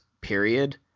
period